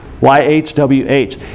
Y-H-W-H